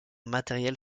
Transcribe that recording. matériel